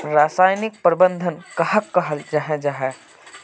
रासायनिक प्रबंधन कहाक कहाल जाहा जाहा?